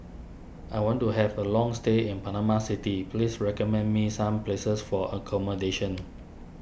I want to have a long stay in Panama City please recommend me some places for accommodation